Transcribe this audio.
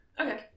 Okay